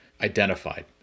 identified